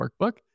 workbook